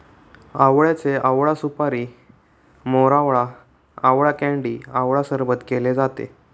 आवळ्याचे आवळा सुपारी, मोरावळा, आवळा कँडी आवळा सरबत केले जाते